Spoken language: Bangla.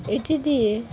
এটি দিয়ে